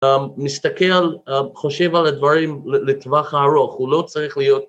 מסתכל, חושב על הדברים לטווח הארוך, הוא לא צריך להיות